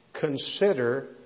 consider